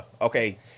okay